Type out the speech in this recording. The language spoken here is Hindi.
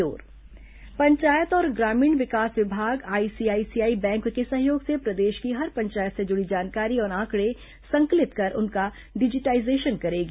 पंचायती राज एमओयू पंचायत और ग्रामीण विकास विभाग आईसीआईसीआई बैंक के सहयोग से प्रदेश की हर पंचायत से जुड़ी जानकारी और आंकड़े संकलित कर उनका डिजिटाइजेशन करेगी